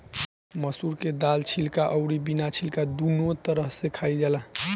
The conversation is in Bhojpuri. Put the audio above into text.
मसूर के दाल छिलका अउरी बिना छिलका दूनो तरह से खाइल जाला